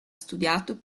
studiato